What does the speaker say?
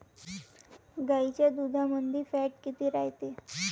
गाईच्या दुधामंदी फॅट किती रायते?